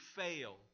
fail